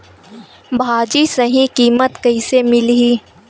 भाजी सही कीमत कइसे मिलही?